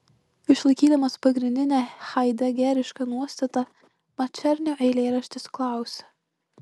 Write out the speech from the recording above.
išlaikydamas pagrindinę haidegerišką nuostatą mačernio eilėraštis klausia